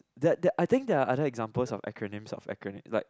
that that I think there are other examples of acronyms of acronym like